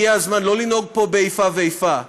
הגיע הזמן שלא לנהוג פה באיפה ואיפה.